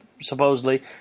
supposedly